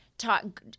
talk